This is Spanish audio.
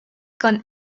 con